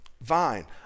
vine